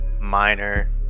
minor